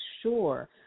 sure